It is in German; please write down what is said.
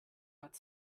hat